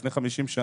לפני 50 שנים.